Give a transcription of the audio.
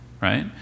right